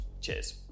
Cheers